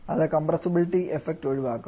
അത് compressibility effect ഒഴിവാക്കും